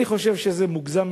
אני חושב שזה מוגזם.